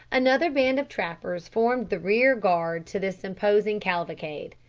another band of trappers formed the rear-guard to this imposing cavalcade.